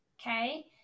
okay